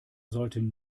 sollten